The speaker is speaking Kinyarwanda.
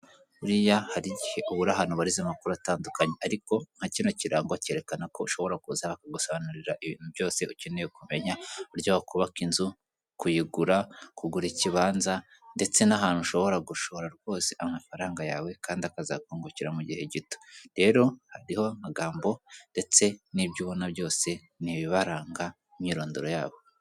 Buriya hari igihe ubura ahantu ubariza amakuru atandukanye ariko nka kino kirango cyerekana ko ushobora kuza baka gusobanurira ibintu byose ukeneye kumenya, uburyo wakubaka inzu, kuyigura, kugura ikibanza ndetse n'ahantu ushobora gushora rwose amafaranga yawe kandi akaza kungukira mu gihe gito, rero hariho amagambo ndetse n'ibyo ubona byose ni ibibaranga imyirondoro y'abo.